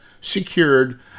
secured